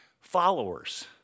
followers